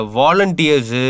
volunteers